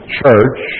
church